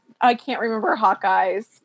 I-can't-remember-Hawkeye's